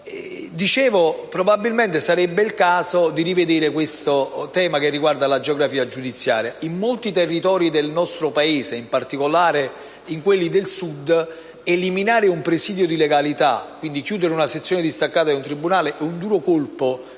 riflessione. Probabilmente sarebbe il caso di rivedere questo tema che riguarda la geografia giudiziaria. In molti territori del nostro Paese, in particolare in quelli del Sud, eliminare un presidio di legalità, e quindi chiudere una sezione distaccata di un tribunale, rappresenta un duro colpo